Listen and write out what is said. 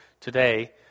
today